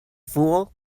fool